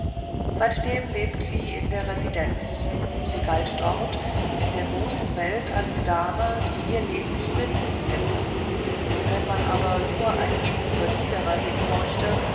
seitdem lebte sie in der residenz sie galt dort in der großen welt als dame die ihr leben zu genießen wisse wenn man aber nur eine stufe niederer hinhorchte